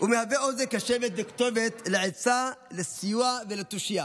ומהווה אוזן קשבת וכתובת לעצה, לסיוע ולתושייה".